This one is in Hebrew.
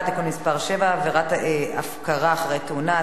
(תיקון מס' 7) (עבירת הפקרה אחרי תאונה),